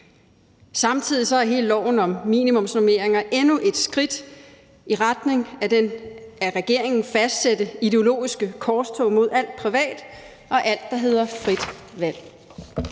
Samtidig er hele lovforslaget om minimumsnormeringer endnu et skridt i retning af det af regeringen fastsatte ideologiske korstog mod alt privat og alt, der hedder frit valg.